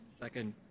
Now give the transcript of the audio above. Second